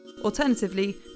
Alternatively